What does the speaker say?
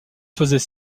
faisait